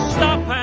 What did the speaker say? Stop